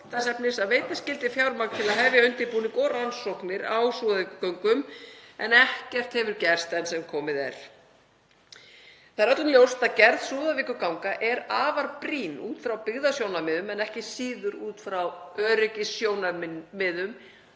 þess efnis að veita skyldi fjármagn til að hefja undirbúning og rannsóknir á Súðavíkurgöngum en ekkert hefur gerst enn sem komið er. Það er öllum ljóst að gerð Súðavíkurganga er afar brýn út frá byggðasjónarmiðum en ekki síður út frá öryggissjónarmiðum